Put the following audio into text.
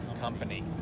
company